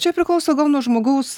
čia priklauso gal nuo žmogaus